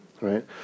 right